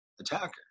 attacker